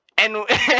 and-